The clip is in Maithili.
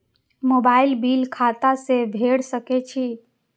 मोबाईल बील खाता से भेड़ सके छि?